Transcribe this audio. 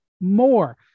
more